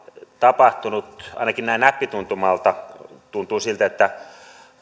tapahtunut ainakin näin näppituntumalta tuntuu siltä